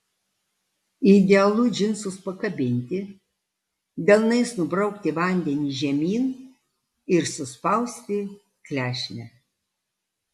idealu džinsus pakabinti delnais nubraukti vandenį žemyn ir suspausti klešnę